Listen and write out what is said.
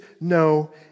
no